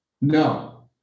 No